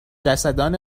جسدان